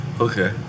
Okay